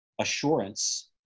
assurance